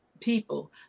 people